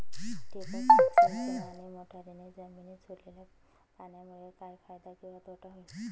ठिबक सिंचन आणि मोटरीने जमिनीत सोडलेल्या पाण्यामुळे काय फायदा किंवा तोटा होईल?